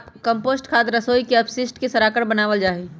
compost खाद रसोई के अपशिष्ट के सड़ाकर बनावल जा हई